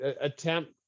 attempt